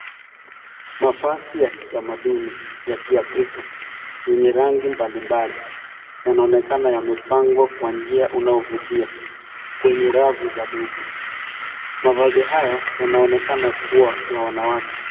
Mavazi ya kitamaduni ya Kiafrika yenye rangi mbalimbali, yanaonekana yamepangwa kwa njia unayovutia kwenye rafu za duka. Mavazi haya yanaonekana kuwa ya wanawake.